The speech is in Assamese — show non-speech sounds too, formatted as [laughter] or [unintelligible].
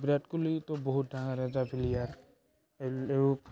বিৰাট কোহলিতো বহুত ডাঙৰ এটা প্লেয়াৰ [unintelligible]